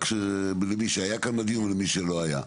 גם מי שכן היה כאן וגם מי שלא היה.